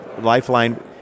lifeline